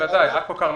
בוודאי עכו כרמיאל,